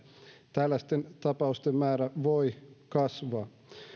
tällaisten tapausten määrä voi kasvaa